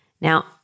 Now